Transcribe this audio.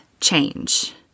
change